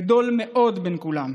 גדול מאוד, "בין כולם.